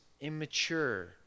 immature